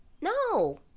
No